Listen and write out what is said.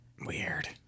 Weird